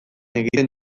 egiten